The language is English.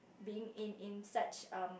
being in in such a